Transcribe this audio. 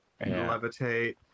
levitate